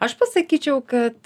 aš pasakyčiau kad